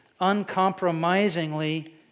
uncompromisingly